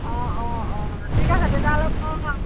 অ অ অ ঠিক আছে তেতিয়াহ'লে মই